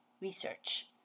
research